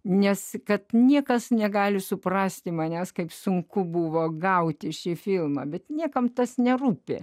nes kad niekas negali suprasti manęs kaip sunku buvo gauti šį filmą bet niekam tas nerūpi